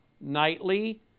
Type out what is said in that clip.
nightly